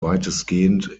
weitestgehend